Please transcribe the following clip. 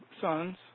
sons